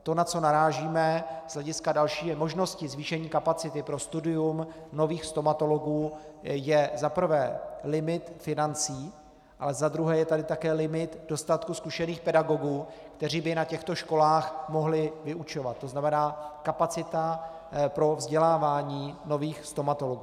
To, na co narážíme z hlediska dalšího zvýšení kapacity pro studium nových stomatologů, je za prvé limit financí a za druhé je tady také limit dostatku zkušených pedagogů, kteří by na těchto školách mohli vyučovat, to znamená kapacita pro vzdělávání nových stomatologů.